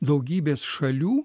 daugybės šalių